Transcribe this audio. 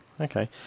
okay